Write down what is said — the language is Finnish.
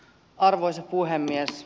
arvoisa puhemies